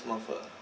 muffled ah